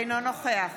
אינו נוכח